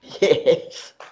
yes